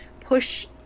push